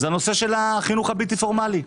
החינוך הבלתי פורמלי.